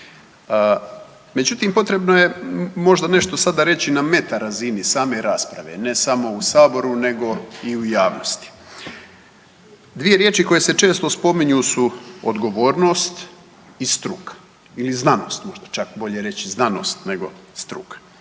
međutim potrebno je možda nešto reći na meta razini same rasprave ne samo u saboru nego i u javnosti. Dvije riječi koje se često spominju su odgovornost i struka ili znanost možda čak bolje reći znanost nekog struka.